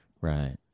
Right